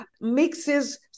mixes